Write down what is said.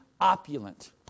opulent